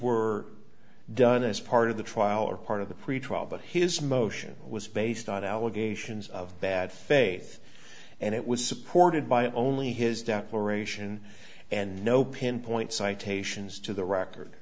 were done as part of the trial or part of the pretrial but his motion was based on allegations of bad faith and it was supported by only his declaration and no pinpoint citations to the record